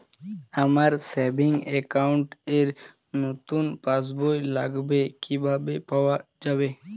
আমার savings account র নতুন পাসবই লাগবে কিভাবে পাওয়া যাবে?